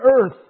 earth